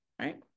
Right